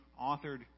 authored